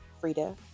Frida